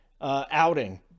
outing